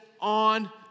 on